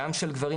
גם של גברים,